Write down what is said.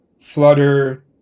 flutter